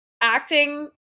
acting